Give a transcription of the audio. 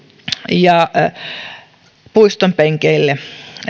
ja puistonpenkeille